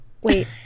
wait